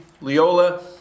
Leola